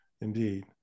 indeed